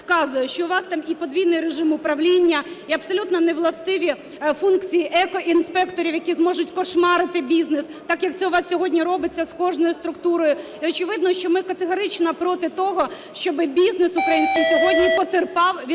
вказує, що у вас там і подвійний режим управління, і абсолютно невластиві функції екоінспекторів, які зможуть "кошмарити" бізнес, так як це у вас сьогодні робиться з кожною структурою. І очевидно, що ми категорично проти того, щоб бізнес український сьогодні потерпав від